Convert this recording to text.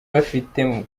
bafite